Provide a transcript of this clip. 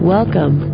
Welcome